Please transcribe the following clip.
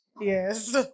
Yes